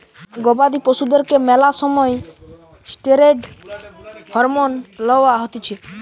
গবাদি পশুদেরকে ম্যালা সময় ষ্টিরৈড হরমোন লওয়া হতিছে